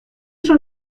schon